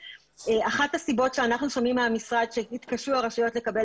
אחת הסיבות שאנחנו שומעים מהמשרד לכך שהתקשו הרשויות לקבל